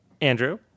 Andrew